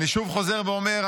אני חוזר ואומר,